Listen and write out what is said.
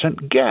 get